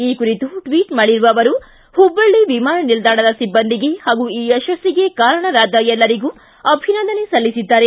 ಈ ಕುರಿತು ಟ್ವಿಚ್ ಮಾಡಿರುವ ಅವರು ಪುಬ್ಬಳ್ಳ ವಿಮಾನ ನಿಲ್ದಾಣದ ಸಿಬ್ಬಂದಿಗೆ ಹಾಗೂ ಈ ಯಶಸ್ತಿಗೆ ಕಾರಣರಾದ ಎಲ್ಲರಿಗೂ ಅಭಿನಂದನೆ ಸಲ್ಲಿಸಿದ್ದಾರೆ